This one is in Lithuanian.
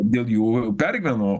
dėl jų pergyvenu